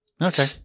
Okay